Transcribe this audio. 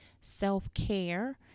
self-care